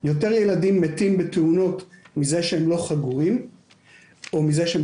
יותר ילדים מתים בתאונות מזה שהם לא חגורים או מזה שהם